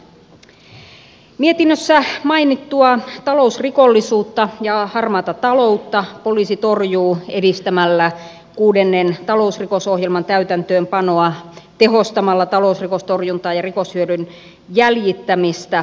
mietinnössä mainittua talousrikollisuutta ja harmaata taloutta poliisi torjuu edistämällä kuudennen talousrikosohjelman täytäntöönpanoa tehostamalla talousrikostorjuntaa ja rikoshyödyn jäljittämistä